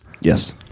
Yes